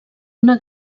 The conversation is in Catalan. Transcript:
una